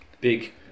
big